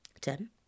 Ten